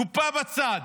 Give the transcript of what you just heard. קופה בצד.